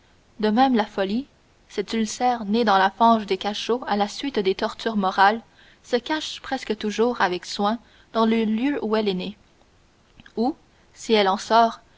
de même la folie cet ulcère né dans la fange des cachots à la suite des tortures morales se cache presque toujours avec soin dans le lieu où elle est née ou si elle en sort